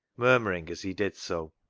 murmuring as he did so